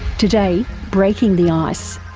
today, breaking the ice,